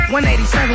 187